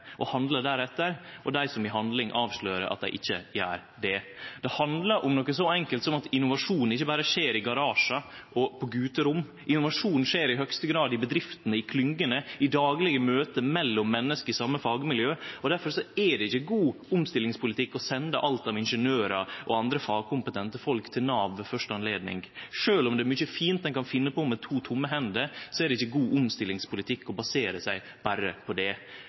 og handle deretter, og dei som i handling avslører at dei ikkje gjer det. Det handlar om noko så enkelt som at innovasjon ikkje berre skjer i garasjar og på guterom. Innovasjon skjer i høgste grad i bedriftene, i klyngjene, i daglege møte mellom menneske i same fagmiljø. Difor er det ikkje god omstillingspolitikk å sende alt av ingeniørar og andre fagkompetente folk til Nav ved første anledning. Sjølv om det er mykje fint ein kan finne på med to tomme hender, er det ikkje god omstillingspolitikk å basere seg berre på det.